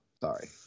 Sorry